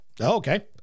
Okay